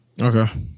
Okay